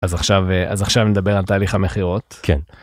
אז עכשיו.. אז עכשיו נדבר על תהליך המכירות כן.